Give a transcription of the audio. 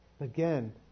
Again